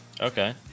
Okay